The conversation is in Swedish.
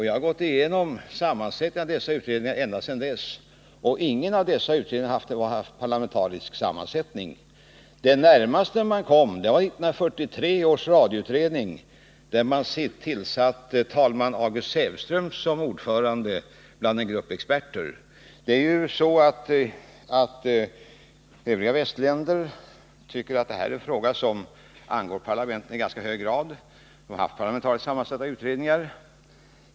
Jag har gått igenom sammansättningen av utredningarna ända sedan dess, och ingen av dem har haft parlamentarisk sammansättning. Det närmaste man kom det var 1943 års radioutredning, där talman August Sävström var ordförande i en grupp experter. Övriga västländer tycker att det här är en fråga som angår parlamentet i ganska hög grad. De har haft parlamentariskt sammansatta utredningar.